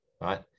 Right